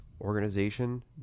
organization